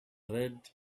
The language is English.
red